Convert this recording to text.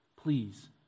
please